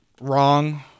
wrong